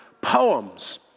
poems